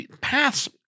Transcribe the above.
paths